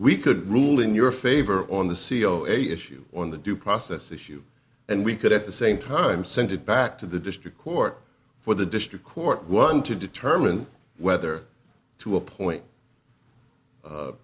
we could rule in your favor on the c e o issue on the due process issue and we could at the same time send it back to the district court for the district court one to determine whether to appoint